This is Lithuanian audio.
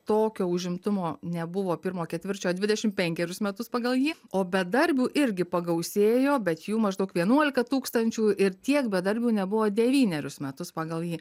tokio užimtumo nebuvo pirmo ketvirčio dvidešim penkerius metus pagal jį o bedarbių irgi pagausėjo bet jų maždaug vienuolika tūkstančių ir tiek bedarbių nebuvo devynerius metus pagal jį